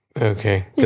Okay